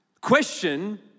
Question